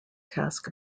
task